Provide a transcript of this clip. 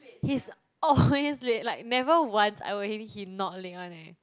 he's always late like never once I work with him he not late [one] eh